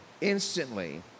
instantly